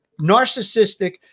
narcissistic